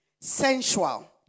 sensual